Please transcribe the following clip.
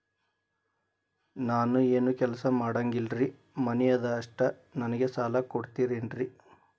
ನಾನು ಏನು ಕೆಲಸ ಮಾಡಂಗಿಲ್ರಿ ಮನಿ ಅದ ಅಷ್ಟ ನನಗೆ ಸಾಲ ಕೊಡ್ತಿರೇನ್ರಿ?